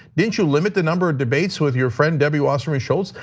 didn't you limit the number of debates with your friend, debbie wasserman schultz?